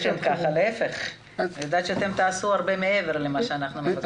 אני יודעת שתעשו הרבה מעבר למה שאנחנו מבקשים.